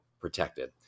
protected